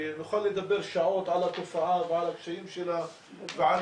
נוכל לדבר שעות על התופעה ועל הקשיים שלה ועל